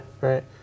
right